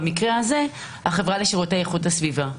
במקרה הזה החברה לשירותי איכות הסביבה.